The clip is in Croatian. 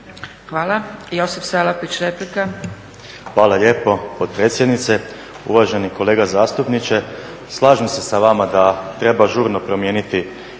**Salapić, Josip (HDSSB)** Hvala lijepo potpredsjednice. Uvaženi kolega zastupniče, slažem se sa vama da treba žurno promijeniti